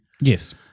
Yes